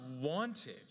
wanted